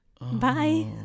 Bye